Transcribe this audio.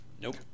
Nope